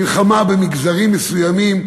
מלחמה במגזרים מסוימים,